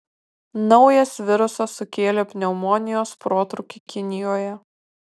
naujas virusas sukėlė pneumonijos protrūkį kinijoje